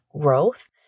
growth